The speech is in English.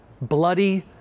bloody